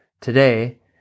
today